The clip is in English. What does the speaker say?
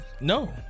No